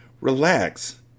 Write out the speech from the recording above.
Relax